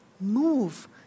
Move